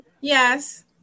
Yes